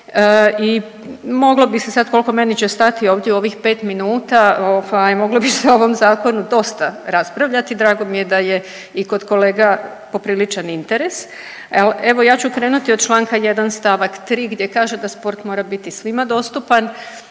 i moglo bi se sad, koliko meni će stati ovdje u ovih 5 minuta, ovaj, moglo bi se o ovom Zakonu dosta raspravljati, drago mi je da je i kod kolega popriličan interes, ali evo, ja ću krenuti od čl. 1 st. 3 gdje kaže da sport mora biti svima dostupan